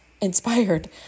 inspired